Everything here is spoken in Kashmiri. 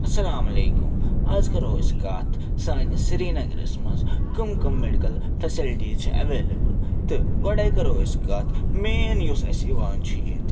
اَسَلامُ علیکُم اَز کَرو أسۍ کَتھ سٲنِس سرینگرَس منٛز کٕم کٕم میڈیکَل فیسَلٹیٖز چھِ ایٚویلیبُل تہٕ گۄڈے کَرو أسۍ کَتھ مین یُس اَسہِ یِوان چھِ ییٚتہِ